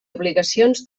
obligacions